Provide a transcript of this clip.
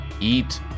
Eat